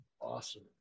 Awesome